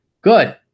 Good